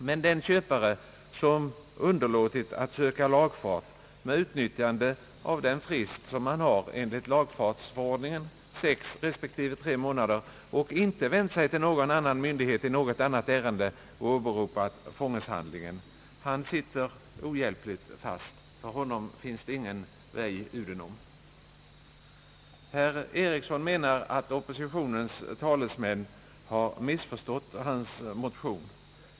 Men den köpare som underlåtit att söka lagfart, med utnyttjande av den frist lagfartsförordningen medger, alliså sex respektive tre månader, och inte heller åberopat fångeshandlingen i ansökan till någon annan myndighet, han sitter ohjälpligt fast — för honom finns det ingen »vej udenom». Herr Eriksson menar att oppositionens talesmän har missförstått hans motion.